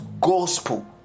gospel